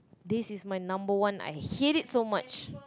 this is my number one I hate it so much